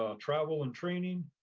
ah travel and training.